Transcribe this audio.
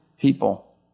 people